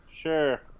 Sure